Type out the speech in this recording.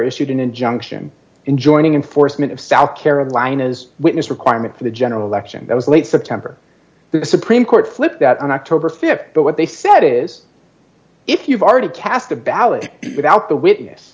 issued an injunction enjoining enforcement of south carolina's witness requirement for the general election that was late september the supreme court flipped that on october th but what they said is if you've already cast a ballot without the witness